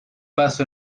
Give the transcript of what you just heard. paso